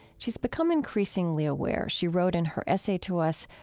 she's become increasingly aware, she wrote in her essay to us,